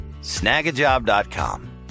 snagajob.com